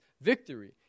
victory